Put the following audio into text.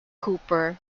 cooper